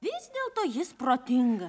vis dėlto jis protinga